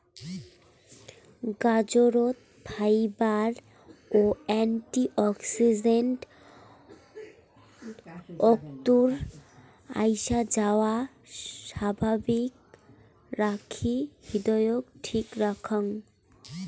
গাজরত fibre ও antioxidant অক্তর আইসাযাওয়া স্বাভাবিক রাখি হৃদয়ক ঠিক রাখং